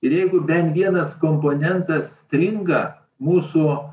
ir jeigu bent vienas komponentas stringa mūsų